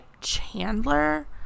Chandler